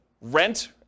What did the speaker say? rent